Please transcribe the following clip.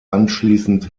anschließend